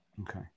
Okay